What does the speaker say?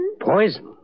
Poison